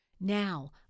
Now